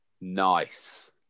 nice